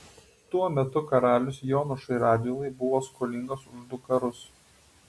tuo metu karalius jonušui radvilai buvo skolingas už du karus